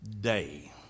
day